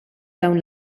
dawn